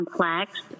complex